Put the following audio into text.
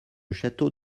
château